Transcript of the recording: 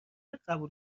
قبول